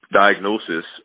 diagnosis